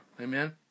Amen